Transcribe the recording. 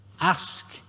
Ask